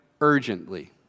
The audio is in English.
urgently